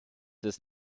des